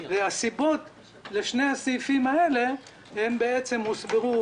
הסיבות לשני הסעיפים האלה בעצם הוסברו